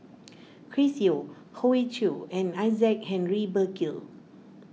Chris Yeo Hoey Choo and Isaac Henry Burkill